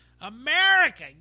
America